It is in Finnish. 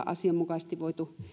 asianmukaisesti voitu